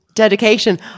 dedication